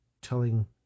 telling